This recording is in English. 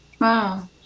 Wow